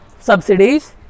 subsidies